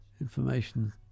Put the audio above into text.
Information